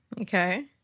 Okay